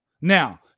Now